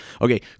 okay